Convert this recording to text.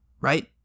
Right